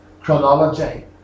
chronology